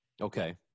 Okay